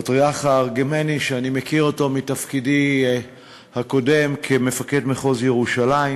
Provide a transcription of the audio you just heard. הפטריארך הארמני שאני מכיר מתפקידי הקודם כמפקד מחוז ירושלים,